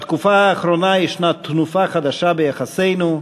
בתקופה האחרונה יש תנופה חדשה ביחסינו.